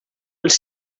els